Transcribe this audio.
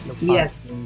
yes